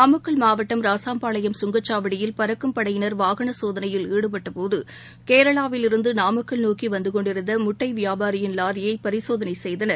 நாமக்கல் மாவட்டம் ராசாம்பாளையம் கங்கச்சாவடியில் பறக்கும் படையினர் வாகனசோதனையில் ஈடுபட்டபோது கேரளாவிலிருந்துநாமக்கல் நோக்கிவந்துகொண்டிருந்தமுட்டைவியாபாரியின் லாரியைபரிசோதனைசெய்தனர்